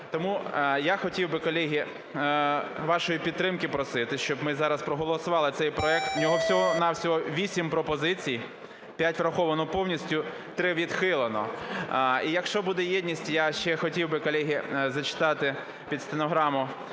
Тому я хотів би, колеги, вашої підтримки просити, щоб ми зараз проголосували цей проект, в нього всього-на-всього 8 пропозицій: 5 враховано повністю, 3 відхилено. І якщо буде єдність, я ще хотів би, колеги, зачитати під стенограму